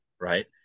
right